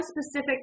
specific